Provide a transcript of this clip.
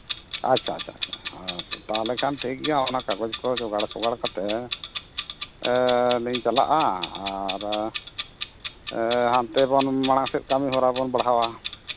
ᱟᱪᱪᱷᱟ ᱪᱷᱟ ᱪᱷᱟ ᱦᱳᱭ ᱛᱟᱦᱚᱞᱮ ᱠᱷᱟᱱ ᱴᱷᱤᱠ ᱜᱮᱭᱟ ᱚᱱᱟ ᱠᱟᱜᱚᱡᱽ ᱠᱚ ᱡᱚᱜᱟᱲᱼᱥᱚᱜᱟᱲ ᱠᱟᱛᱮ ᱞᱤᱧ ᱪᱟᱞᱟᱜᱼᱟ ᱟᱨ ᱦᱟᱱᱛᱮ ᱵᱚᱱ ᱢᱟᱲᱟᱝ ᱥᱮᱫ ᱠᱟᱹᱢᱤᱦᱚᱨᱟ ᱵᱚᱱ ᱵᱟᱲᱦᱟᱣᱟ